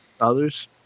Others